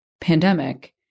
pandemic